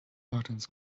buttons